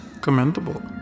Commendable